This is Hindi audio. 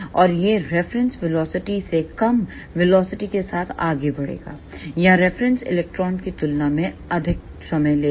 और यह रेफरेंस वेलोसिटी से कम वेलोसिटी के साथ आगे बढ़ेगा या रेफरेंस इलेक्ट्रॉन की तुलना में अधिक समय लेगा